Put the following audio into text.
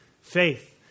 faith